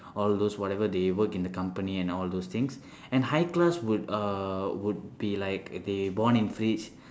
all those whatever they work in the company and all those things and high class would uh would be like they born in fridge